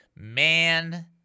man